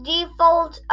Default